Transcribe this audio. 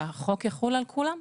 שהחוק יחול על כולם.